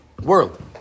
world